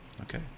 Okay